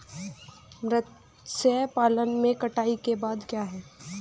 मत्स्य पालन में कटाई के बाद क्या है?